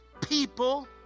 people